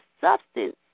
substance